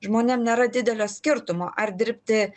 žmonėm nėra didelio skirtumo ar dirbti